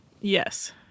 Yes